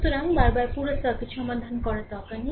সুতরাং বারবার পুরো সার্কিট সমাধান করার দরকার নেই